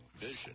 vision